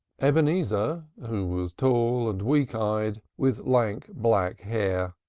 ebenezer, who was tall and weak-eyed, with lank black hair,